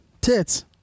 Tits